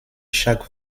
chaque